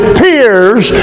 peers